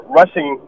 rushing